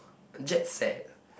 jet set